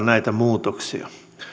näitä muutoksia